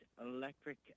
electric